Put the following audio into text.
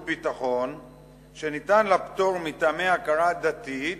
ביטחון שניתן לה פטור מטעמי הכרה דתית,